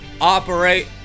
operate